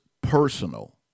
personal